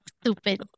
Stupid